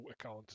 account